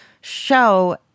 show